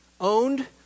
owned